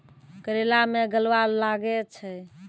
करेला मैं गलवा लागे छ?